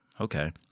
okay